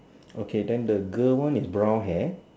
okay then the girl one is brown hair